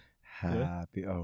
happy